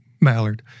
mallard